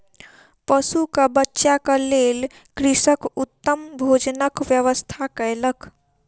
पशुक बच्चाक लेल कृषक उत्तम भोजनक व्यवस्था कयलक